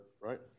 right